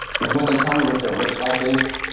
with when they tell me what their rich life is,